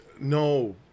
No